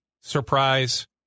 surprise